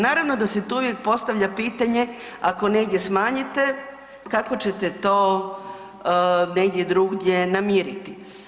Naravno da se tu uvijek postavlja pitanje ako negdje smanjite kako ćete to negdje drugdje namiriti.